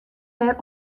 dêr